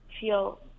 feel